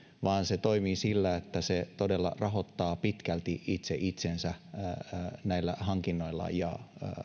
vaan se toimii sillä että se todella rahoittaa pitkälti itse itsensä hankinnoilla ja